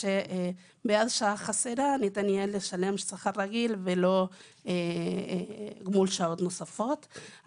שבעד שעה חסרה ניתן יהיה לשלם שכר רגיל ולא גמול שעות נוספות,